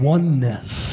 Oneness